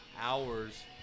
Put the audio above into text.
hours